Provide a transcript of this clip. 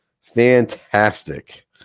Fantastic